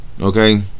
Okay